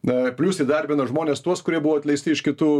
na plius įdarbina žmones tuos kurie buvo atleisti iš kitų